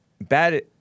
bad